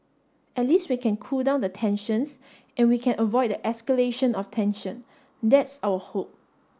at least we can cool down the tensions and we can avoid the escalation of tension that's our hope